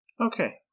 Okay